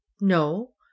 No